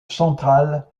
centrale